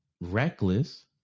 reckless